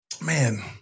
Man